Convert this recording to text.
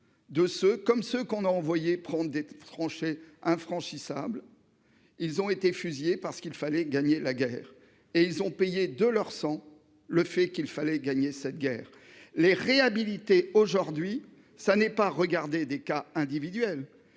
comme ce qu'on a envoyé prendre des tranchées infranchissable. Ils ont été fusillés par ce qu'il fallait gagner la guerre et ils ont payé de leur sang. Le fait qu'il fallait gagner cette guerre les réhabiliter. Aujourd'hui ça n'est pas regarder des cas individuels,